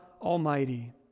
Almighty